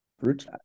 roots